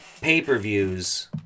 pay-per-views